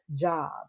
job